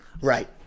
Right